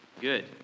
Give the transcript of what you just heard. Good